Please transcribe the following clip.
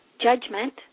judgment